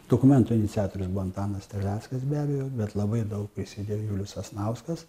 dokumento iniciatorius antanas terleckas be abejo bet labai daug prisidėjo julius sasnauskas